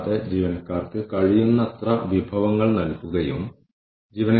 ആറ് മാസത്തിനുള്ളിൽ ഉപഭോക്താക്കളുടെ നഷ്ടം 10 ൽ താഴെയാണെന്ന് ഉറപ്പാക്കുക എന്നതാണ് ഇവിടെ ലക്ഷ്യമിടുന്നത്